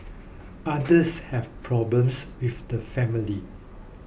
others have problems with the family